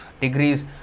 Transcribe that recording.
degrees